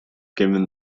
given